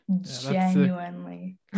Genuinely